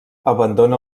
abandona